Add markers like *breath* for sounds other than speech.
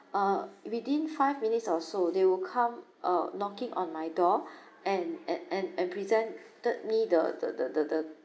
uh within five minutes or so they will come uh knocking on my door *breath* and and and and presented me the the the the the